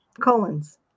Colons